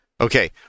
Okay